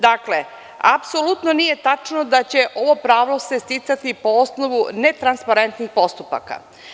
Dakle, apsolutno nije tačno da će se ovo pravo sticati po osnovu netransparentnih postupaka.